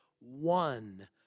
one